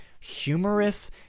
humorous